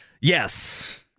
yes